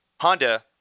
Honda